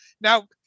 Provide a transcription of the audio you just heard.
now